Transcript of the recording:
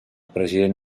president